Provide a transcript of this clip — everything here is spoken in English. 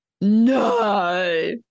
No